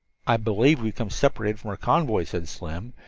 i believe we've become separated from our convoy, said slim,